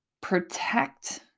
protect